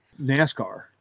NASCAR